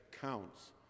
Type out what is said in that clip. counts